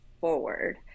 forward